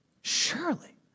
surely